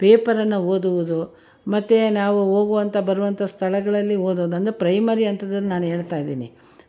ಪೇಪರನ್ನು ಓದುವುದು ಮತ್ತು ನಾವು ಹೋಗುವಂಥ ಬರುವಂಥ ಸ್ಥಳಗಳಲ್ಲಿ ಓದೋದು ಅಂದರೆ ಪ್ರೈಮರಿ ಅಂಥದ್ದು ನಾನು ಹೇಳ್ತಾ ಇದ್ದೀನಿ ಹೈಸ್ಕೂಲ್